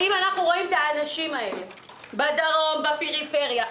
האם אנחנו רואים את האנשים האלה בדרום, בפריפריה?